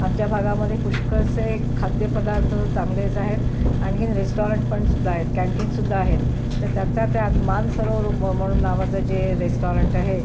आमच्या भागामधे पुष्कळसे खाद्यपदार्थ चांगलेच आहेत आणखी रेस्टॉरंट पण सुद्धा आहेत कँटीनसुद्धा आहेत तर त्यातल्या त्यात मानसरोवर म म्हणून नावाचं जे रेस्टॉरंट आहे